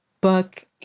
book